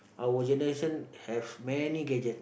our generation have many gadget